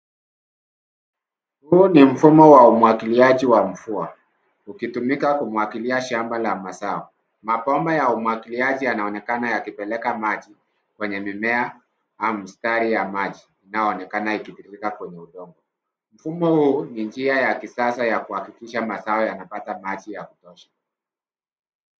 Huu ni mfumo wa umwagiliaji wa mvua ukitumika kumwagilia shamba la mazao. Mabomba ya umwagiliaji yanaonekana yakipeleka maji kwenye mimea au mstari ya maji inayoonekana ikitumika kwenye udongo. Mfumo huu ni njia ya kisasa ya kuhakikisha mazao yanapata maji ya kutosha.